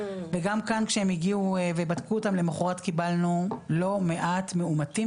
וגם כאן כשהם הגיעו ובדקו אותם למחרת קיבלנו לא מעט מאומתים,